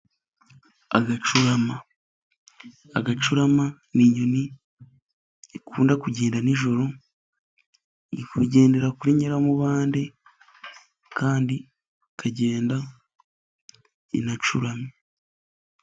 Agacurama, agacurama ni inyoni ikunda kugenda nijoro, igendera kuri nyiramubande kandi ikagenda inacuramye.